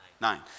Nine